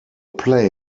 play